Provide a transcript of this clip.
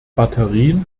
batterien